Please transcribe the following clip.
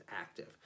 active